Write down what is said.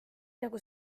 nagu